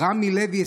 ברמי לוי,